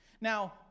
Now